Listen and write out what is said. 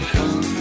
Come